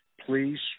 Please